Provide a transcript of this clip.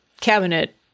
cabinet